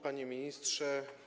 Panie Ministrze!